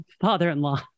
Father-in-law